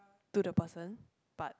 to the person but